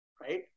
Right